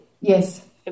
Yes